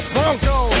Bronco